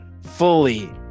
fully